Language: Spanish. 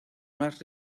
más